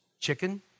chicken